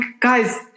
guys